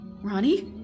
Ronnie